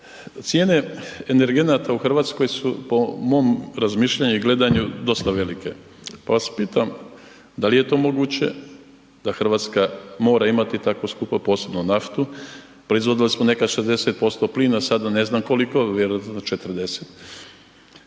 cijene energenata u RH su po mom razmišljanju i gledanju dosta velike, pa vas pitam dal je to moguće da RH mora imati tako skupo, posebno naftu, proizvodili smo nekad 60% plina, sada ne znam koliko, vjerojatno 40,